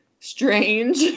strange